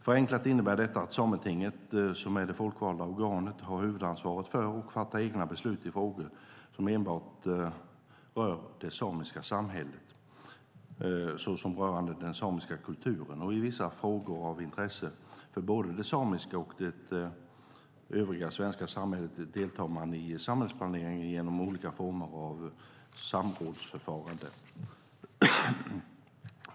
Förenklat innebär detta att Sametinget, som är det folkvalda organet, har huvudansvaret för och fattar egna beslut i frågor som enbart rör det samiska samhället, såsom rörande den samiska kulturen, och i frågor av intresse för både det samiska och det övriga svenska samhället deltar man i samhällsplaneringen genom olika former av samrådsförfaranden.